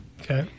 Okay